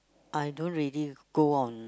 I don't really go on